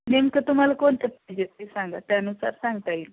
नेमकं तुम्हाला कोणतं पाहिजे ते सांगा त्यानुसार सांगता येईल